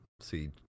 see